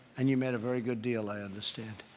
and you made a very good deal, i understand.